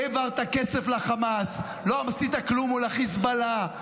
העברת כסף לחמאס, לא עשית כלום מול החיזבאללה.